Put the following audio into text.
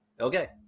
okay